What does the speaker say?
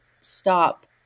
stop